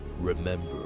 remember